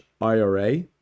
IRA